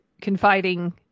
confiding